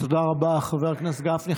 תודה רבה, חבר הכנסת גפני.